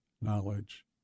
knowledge